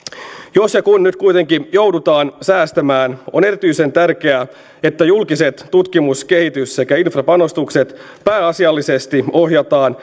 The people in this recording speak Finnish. jos ja kun nyt kuitenkin joudutaan säästämään on erityisen tärkeää että julkiset tutkimus kehitys sekä infrapanostukset pääasiallisesti ohjataan